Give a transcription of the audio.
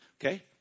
Okay